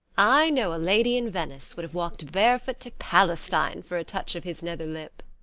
i know a lady in venice would have walked barefoot to palestine for a touch of his nether lip.